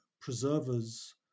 preservers